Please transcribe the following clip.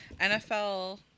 NFL